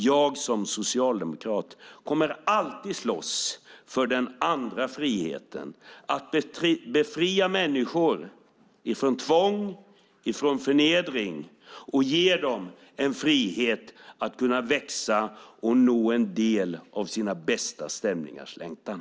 Jag som socialdemokrat kommer alltid att slåss för den andra friheten. Det handlar om att befria människor från tvång och från förnedring och ge dem en frihet att kunna växa och nå en del av sina bästa stämningars längtan.